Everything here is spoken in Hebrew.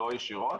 לא ישירות.